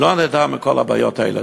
לא נדע מכל הבעיות האלה.